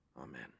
Amen